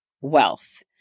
wealth